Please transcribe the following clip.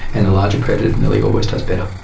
and the larger predator nearly always does better.